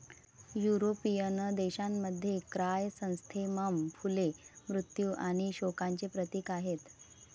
European देशांमध्ये, chrysanthemum फुले मृत्यू आणि शोकांचे प्रतीक आहेत